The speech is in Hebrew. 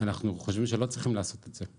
אנחנו חושבים שלא צריכים לעשות את זה,